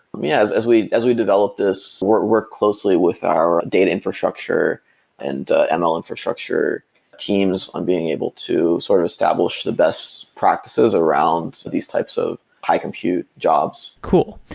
yeah as as we as we develop this, we work closely with our data infrastructure and ah and ml infrastructure teams on being able to sort of establish the best practices around these types of high-compute jobs cool.